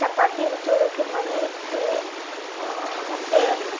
ಚಪಾತಿ ಉಜ್ಜುವುದಕ್ಕೆ ಮಣೆ ಇತ್ತು ಮತ್ತೆ